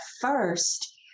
first